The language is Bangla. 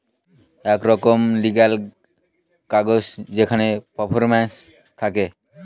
এক রকমের লিগ্যাল কাগজ যেখানে পারফরম্যান্স থাকে